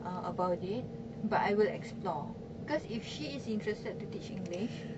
uh about it but I will explore because if she is interested to teach english